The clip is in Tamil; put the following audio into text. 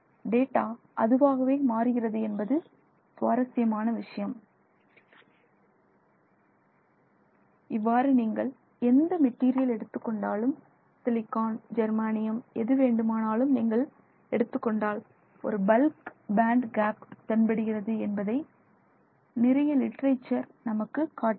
டேட்டா அதுவாகவே மாறுகிறது என்பது சுவாரசியமான விஷயம் இதுவாக நீங்கள் எந்த மெட்டீரியல் எடுத்துக்கொண்டாலும் சிலிக்கான் ஜெர்மானியம் எது வேண்டுமானாலும் நீங்கள் எடுத்துக் கொண்டால் ஒரு பல்க் பேண்ட் கேப் தென்படுகிறது என்பதை நிறைய லிட்டரேச்சர் நமக்கு காட்டுகிறது